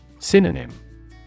Synonym